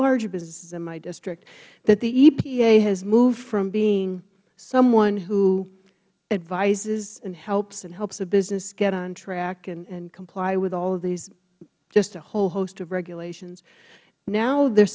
larger businesses in my district that the epa has moved from being someone who advises and helps and helps a business get on track and comply with all of these just a whole host of regulations now the